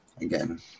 again